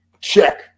Check